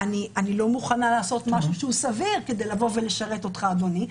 לא מוכנה לעשות משהו שהוא סביר כדי לבוא ולשרת אותך אדוני.